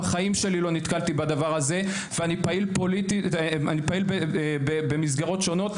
בחיים שלי לא נתקלתי בדבר הזה ואני פעיל במסגרות שונות,